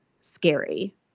scary